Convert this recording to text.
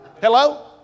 Hello